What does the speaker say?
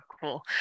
cool